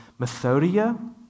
methodia